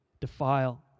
defile